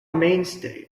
mainstay